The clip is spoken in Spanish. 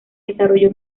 desarrolló